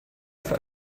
für